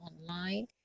online